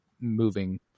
moving